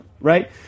Right